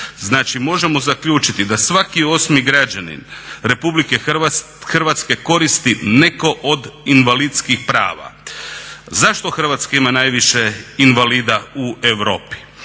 možemo zaključiti da svaki osmi građanin RH koristi neko od invalidskih prava. Zašto Hrvatska ima najviše invalida u Europi?